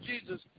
Jesus